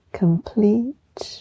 complete